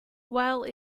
while